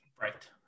right